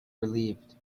relieved